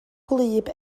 gwlyb